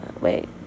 wait